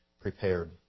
prepared